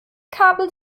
kabel